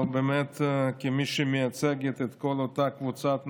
אבל באמת, כמי שמייצגת את כל אותה קבוצת נשים,